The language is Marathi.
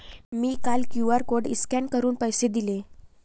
मी काल क्यू.आर कोड स्कॅन करून पैसे दिले